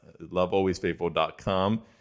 lovealwaysfaithful.com